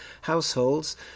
Households